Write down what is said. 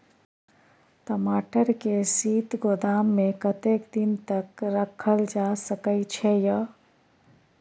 टमाटर के शीत गोदाम में कतेक दिन तक रखल जा सकय छैय?